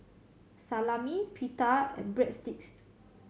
Salami Pita and Breadsticks